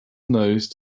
nose